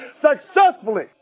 successfully